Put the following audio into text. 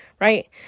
right